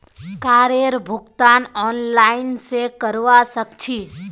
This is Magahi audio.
कारेर भुगतान ऑनलाइन स करवा सक छी